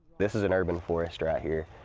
this is an urban forest right here.